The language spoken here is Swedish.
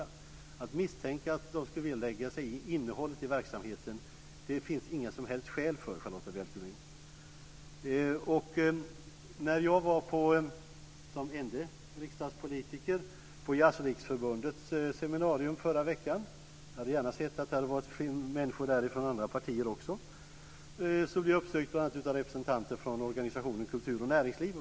Det finns inga som helst skäl att misstänka att de skulle lägga sig i innehållet i verksamheten. När jag som ende riksdagspolitiker var på Jazzriksförbundets seminarium förra veckan - jag hade gärna sett människor från andra partier där också - blev jag uppsökt av representanter från bl.a. organisationen Kultur och näringsliv.